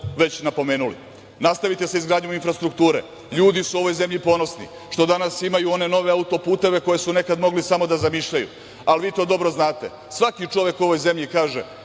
već napomenuli. Nastavite sa izgradnjom infrastrukture. Ljudi su u ovoj zemlji ponosni što danas imaju one nove auto-puteve, koje su nekad mogli samo da zamišljaju. Ali vi to dobro znate. Svaki čovek u ovoj zemlji kaže